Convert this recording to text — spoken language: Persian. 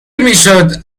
میشد